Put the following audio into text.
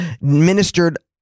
ministered